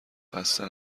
خسته